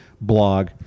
blog